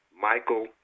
Michael